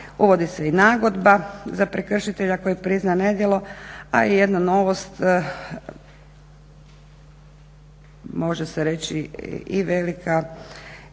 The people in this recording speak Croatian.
Uvodi se i nagodba za prekršitelja koji prizna nedjelo, a i jedna novost, može se reći i velika